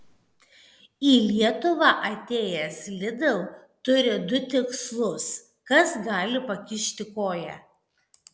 į lietuvą atėjęs lidl turi du tikslus kas gali pakišti koją